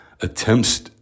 attempts